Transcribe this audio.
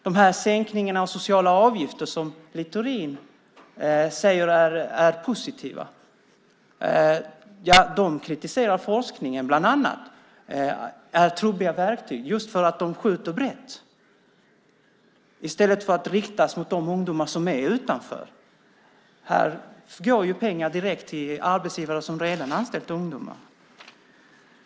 De sänkningar av sociala avgifter som Littorin säger är positiva kritiserar bland annat forskare för att vara trubbiga verktyg just för att de skjuter brett i stället för att riktas mot de ungdomar som är utanför arbetsmarknaden. Här går pengar direkt till arbetsgivare som redan har anställt ungdomar.